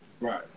right